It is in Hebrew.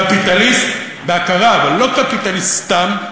קפיטליסט בהכרה, אבל הוא לא קפיטליסט סתם,